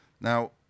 Now